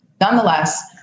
Nonetheless